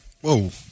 Whoa